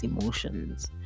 emotions